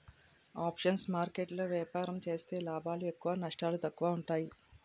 options market లో ఏపారం సేత్తే లాభాలు ఎక్కువ నష్టాలు తక్కువ ఉంటాయి